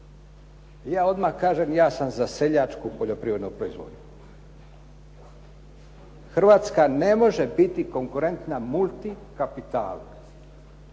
Ja odmah kažem ja sam za seljačku poljoprivrednu proizvodnju. Hrvatska ne može biti konkurentna multikapitalno